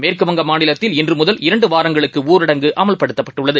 மேற்குவங்கமாநிலத்தில்இன்றுமுதல்இரண்டுவாரங்களுக்குஊரடங்குஅமல்படுத்தப்பட்டு ள்ளது